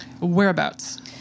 Whereabouts